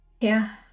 Yeah